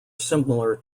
similar